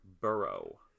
Burrow